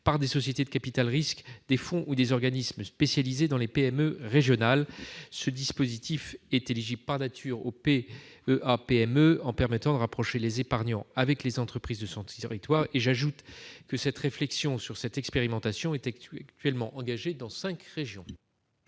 par des sociétés de capital-risque, des fonds ou des organismes spécialisés dans des PME régionales. Ce dispositif est éligible par nature aux PEA-PME en permettant de rapprocher les épargnants des entreprises de leur territoire. Enfin, une réflexion sur cette expérimentation est actuellement engagée dans cinq régions.